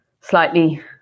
slightly